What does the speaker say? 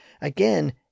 again